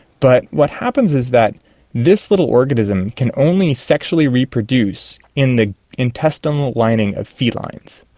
but what happens is that this little organism can only sexually reproduce in the intestinal lining of felines.